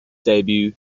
debut